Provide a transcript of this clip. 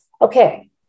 Okay